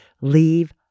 leave